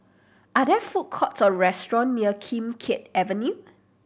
are there food courts or restaurant near Kim Keat Avenue